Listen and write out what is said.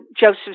Joseph